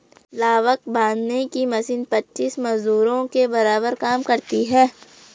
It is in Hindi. लावक बांधने की मशीन पच्चीस मजदूरों के बराबर काम करती है